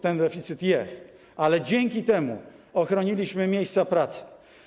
Ten deficyt jest, ale dzięki temu ochroniliśmy miejsca pracy.